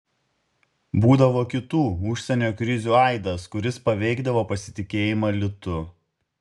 būdavo kitų užsienio krizių aidas kuris paveikdavo pasitikėjimą litu